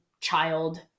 child